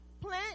plant